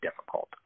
difficult